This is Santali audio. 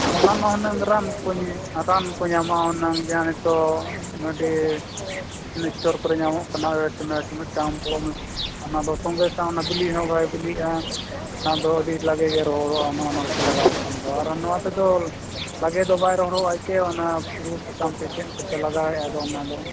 ᱚᱱᱟᱢᱟ ᱦᱩᱱᱟᱹᱝ ᱨᱟᱱ ᱠᱚᱧ ᱨᱟᱱ ᱠᱚ ᱧᱟᱢᱚᱜᱼᱟ ᱦᱩᱱᱟᱹᱝ ᱡᱟᱦᱟᱸ ᱱᱤᱛᱳᱜ ᱢᱮᱰᱤ ᱥᱴᱳᱨ ᱠᱚᱨᱮᱜ ᱧᱟᱢᱚᱜ ᱠᱟᱱᱟ ᱚᱭᱮᱴ ᱢᱮᱴ ᱢᱤᱫᱴᱟᱝ ᱢᱚᱞᱚᱢᱮᱢ ᱚᱱᱟ ᱫᱚ ᱥᱚᱜᱮ ᱥᱚᱝ ᱚᱱᱟ ᱫᱚ ᱵᱤᱞᱤ ᱦᱚᱸ ᱵᱟᱭ ᱵᱤᱞᱤᱜᱼᱟ ᱚᱱᱟ ᱫᱚ ᱟᱹᱰᱤ ᱞᱟᱸᱜᱮ ᱜᱮ ᱨᱚᱦᱚᱲᱚᱜᱼᱟ ᱚᱱᱮ ᱚᱱᱟ ᱠᱚᱯᱮ ᱞᱟᱜᱟᱣ ᱠᱷᱟᱱ ᱫᱚ ᱟᱨ ᱱᱚᱣᱟ ᱛᱮᱫᱚ ᱞᱟᱸᱜᱮ ᱫᱚ ᱵᱟᱭ ᱨᱚᱦᱚᱜᱲᱚᱜᱼᱟ ᱥᱮ ᱯᱩᱨᱩ ᱥᱟᱠᱟᱢ ᱪᱮ ᱪᱮᱫ ᱠᱚᱯᱮ ᱞᱟᱜᱟᱣᱮᱜᱼᱟ ᱚᱱᱟ ᱫᱚ